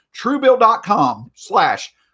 Truebill.com/slash